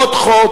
בעוד חוק,